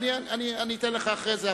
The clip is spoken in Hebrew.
אתן לך אחרי זה,